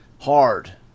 hard